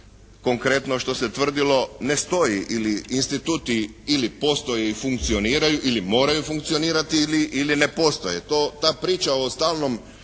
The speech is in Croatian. konkretno što se tvrdilo ne stoji. Ili instituti ili postoje ili funkcioniraju ili moraju funkcionirati ili ne postoje. Ta priča o stalnom